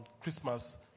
Christmas